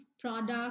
product